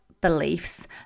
beliefs